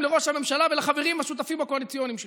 לראש הממשלה ולחברים השותפים הקואליציוניים שלו.